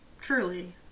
Truly